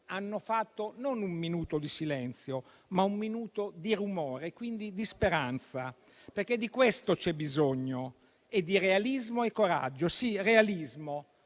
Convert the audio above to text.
Hanno fatto non un minuto di silenzio, ma un minuto di rumore e quindi di speranza, perché c'è bisogno di questo, di realismo e coraggio. Sì, realismo: